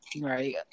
right